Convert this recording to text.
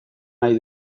nahi